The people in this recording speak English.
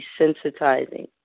desensitizing